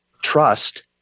trust